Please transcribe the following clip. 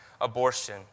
abortion